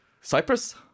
Cyprus